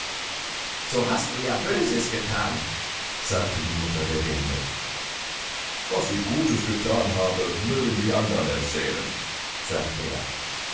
so hast du ja böses gethan sagte die mutter der winde was ich gutes gethan habe mögen die andern erzählen sagte er